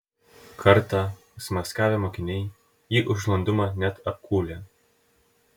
kartą užsimaskavę mokiniai jį už landumą net apkūlę